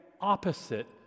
opposite